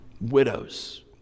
widows